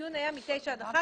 הדיון נקבע בין 9:00 ו-11:00.